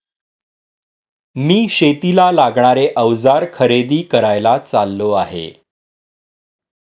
मी शेतीला लागणारे अवजार खरेदी करायला चाललो आहे